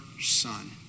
son